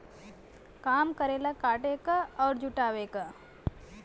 काम करेला काटे क अउर जुटावे क